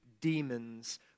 demons